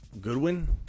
Goodwin